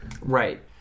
Right